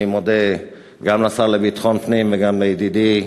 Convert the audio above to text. אני מודה גם לשר לביטחון פנים וגם לידידי